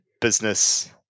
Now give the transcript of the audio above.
business